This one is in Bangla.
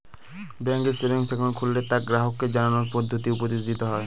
ব্যাঙ্কে সেভিংস একাউন্ট খুললে তা গ্রাহককে জানানোর পদ্ধতি উপদেশ দিতে হয়